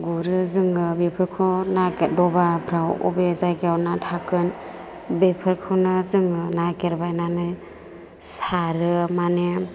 गुरो जोङो बेफोरखौ नागिरो दबा हाग्रा बबे जायगायाव ना थागोन बेफोरखौनो जोङो नागिरबायनानै सारो माने